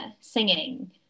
singing